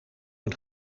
een